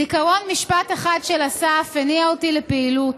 "זיכרון משפט אחד של אסף הניע אותי לפעילות,